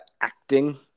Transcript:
acting